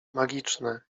magiczne